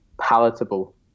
palatable